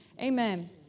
Amen